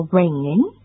ringing